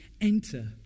enter